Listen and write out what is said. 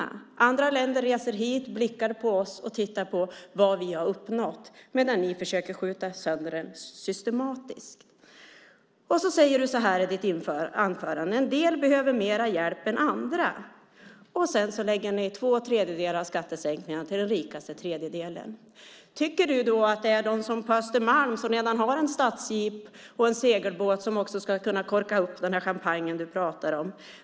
Från andra länder reser man hit, blickar på oss och tittar på vad vi har uppnått, medan ni systematiskt försöker skjuta sönder den. Du säger så här i ditt anförande: En del behöver mer hjälp än andra. Och sedan lägger ni två tredjedelar av skattesänkningarna till den rikaste tredjedelen. Tycker du då att det är de på Östermalm som redan har en stadsjeep och en segelbåt som också ska kunna korka upp den där champagnen du pratar om?